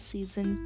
Season